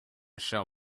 shall